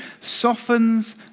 softens